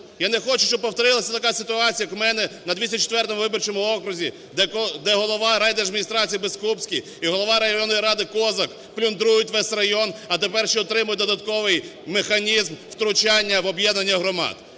Я не хочу, щоб повторилася така ситуація як у мене на 204-му виборчому окрузі, де голова райдержадміністрації Бескупський і голова районної ради Козак плюндрують весь район, а тепер ще отримають додатковий механізм втручання в об'єднання громад.